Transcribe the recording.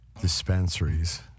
dispensaries